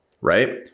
right